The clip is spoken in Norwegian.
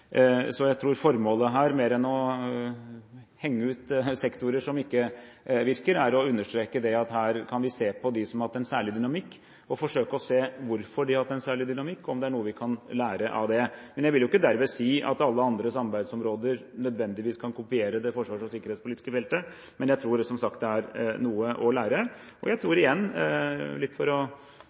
her, mer enn å henge ut sektorer som ikke virker, er å understreke at her kan vi se på dem som har hatt en særlig dynamikk, og forsøke å se hvorfor de har hatt en særlig dynamikk, og om det er noe vi kan lære av det. Jeg vil ikke derved si at alle andre samarbeidsområder nødvendigvis kan kopiere det forsvars- og sikkerhetspolitiske feltet, men jeg tror som sagt det er noe å lære. Og jeg tror igjen, litt for å gjenta, at det er viktig å